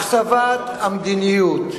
הכתבת המדיניות,